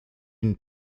une